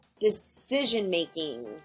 Decision-making